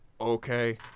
okay